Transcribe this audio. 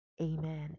Amen